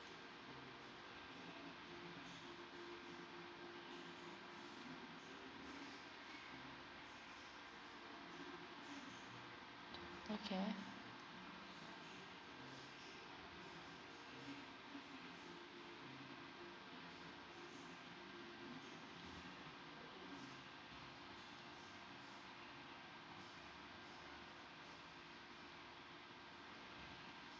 okay